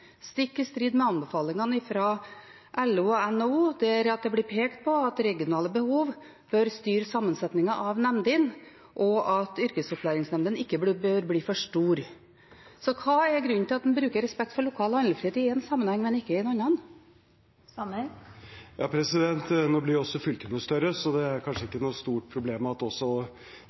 stikk i strid med anbefalingene fra LO og NHO, der det blir pekt på at regionale behov bør styre sammensetningen av nemndene, og at yrkesopplæringsnemndene ikke bør bli for store? Hva er grunnen til at en bruker respekt for lokal handlefrihet i én sammenheng, men ikke i en annen? Nå blir jo fylkene større, så det er kanskje ikke noe stort problem at også